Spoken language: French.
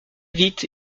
vite